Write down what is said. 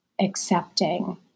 accepting